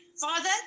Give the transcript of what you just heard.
father